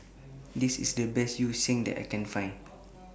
This IS The Best Yu Sheng that I Can Find